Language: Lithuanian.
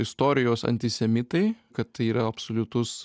istorijos antisemitai kad tai yra absoliutus